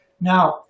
Now